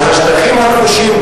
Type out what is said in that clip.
על השטחים הכבושים,